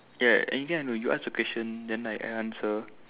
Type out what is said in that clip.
ya anything I know you ask a question then I I answer